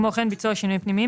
כמו כן ביצוע שינויים פנימיים